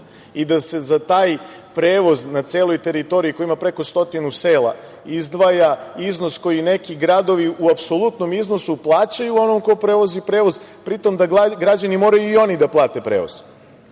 i da se za taj prevoz na celoj teritoriji koja ima preko 100 sela izdvaja iznos koji neki gradovi u apsolutnom iznosu plaćaju onom ko prevozi prevoz, pri tom da građani moraju i oni da plate prevoz.